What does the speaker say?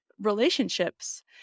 relationships